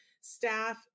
staff